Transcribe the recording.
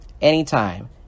anytime